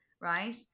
right